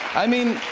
i mean,